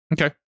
Okay